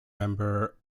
member